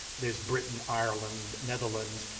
there's britain, ireland, netherlands,